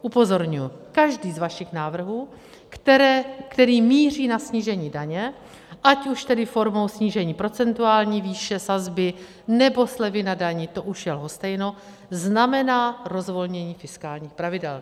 Upozorňuji, každý z vašich návrhů, který míří na snížení daně, ať už formou snížení procentuální výše sazby, nebo slevy na dani, to už je lhostejno, znamená rozvolnění fiskálních pravidel.